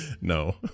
No